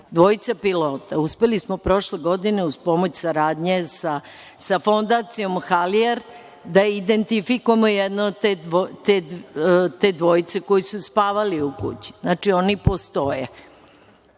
mog oca. Uspeli smo prošle godine, uz pomoć saradnje sa Fondacijom „Halijard“ da identifikujemo jednog od te dvojice koji su spavali u kući. Znači, oni postoje.